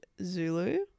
Zulu